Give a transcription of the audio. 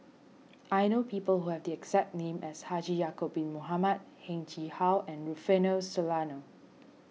I know people who have the exact name as Haji Ya'Acob Bin Mohamed Heng Chee How and Rufino Soliano